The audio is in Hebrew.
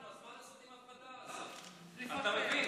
אתה מבין?